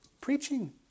preaching